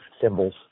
symbols